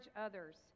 others